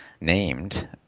named